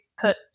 put